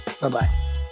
Bye-bye